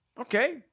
Okay